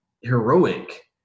heroic